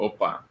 Opa